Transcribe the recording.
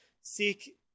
seek